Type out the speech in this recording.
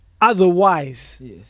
Otherwise